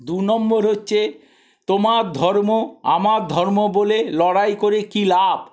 দু নম্বর হচ্ছে তোমার ধর্ম আমার ধর্ম বলে লড়াই করে কি লাভ